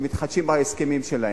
כשמתחדשים ההסכמים שלהם,